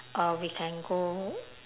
uh we can go